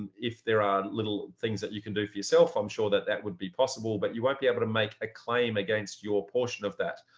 if there are little things that you can do for yourself, i'm sure that that would be possible, but you won't be able to make a claim against your portion of that.